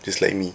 just like me